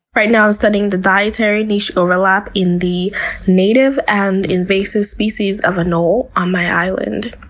right now i'm studying the dietary niche overlap in the native and invasive species of anole on my island.